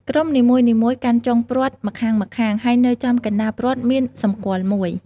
ក្រុមនីមួយៗកាន់ចុងព្រ័ត្រម្ខាងៗ ហើយនៅចំកណ្ដាលព្រ័ត្រមានសម្គាល់មួយ។